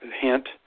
Hint